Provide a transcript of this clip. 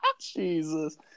Jesus